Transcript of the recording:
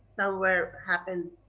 somewhere happened,